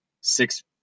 six